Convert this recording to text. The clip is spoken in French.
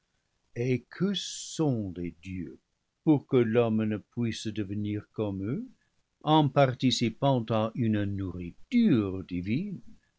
et que sont les dieux pour que l'homme ne puisse devenir comme eux en participant à une nourriture divine